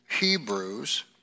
Hebrews